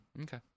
okay